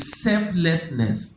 selflessness